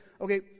okay